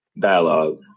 dialogue